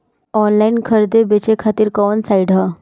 Online खरीदे बेचे खातिर कवन साइड ह?